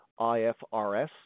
IFRS